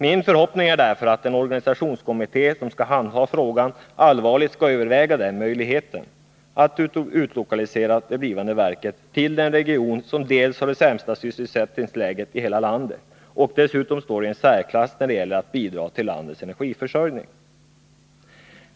Min förhoppning är därför att den organisationskommitté som skall handha frågan allvarligt skall överväga möjligheten att utlokalisera det blivande verket till den region som har det sämsta sysselsättningsläget i hela landet och som dessutom står i särklass när det gäller att bidra till landets energiförsörjning.